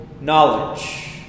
knowledge